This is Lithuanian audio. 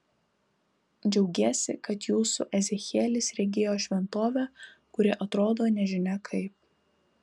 džiaugiesi kad jūsų ezechielis regėjo šventovę kuri atrodo nežinia kaip